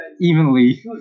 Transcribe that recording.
evenly